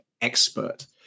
expert